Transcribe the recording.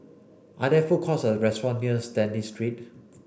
are there food courts or restaurant near Stanley Street